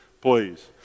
please